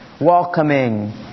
welcoming